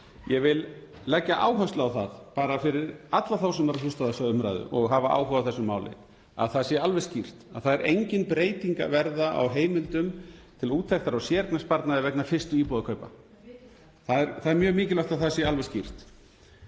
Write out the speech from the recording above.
Ég vil leggja áherslu á það fyrir alla þá sem hlusta á þessa umræðu og hafa áhuga á þessu máli, svo að það sé alveg skýrt, að það er engin breyting að verða á heimildum til úttektar á séreignarsparnaði vegna fyrstu íbúðarkaupa. Það er mjög mikilvægt að það sé alveg skýrt.